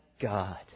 God